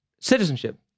Citizenship